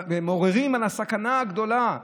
הם מעוררים על הסכנה הגדולה והקשה.